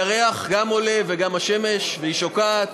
גם הירח עולה, וגם השמש, והיא שוקעת,